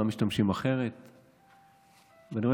למה הם משתמשים אחרת.